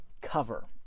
cover